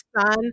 son